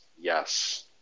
yes